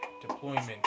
deployment